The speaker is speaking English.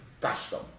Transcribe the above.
custom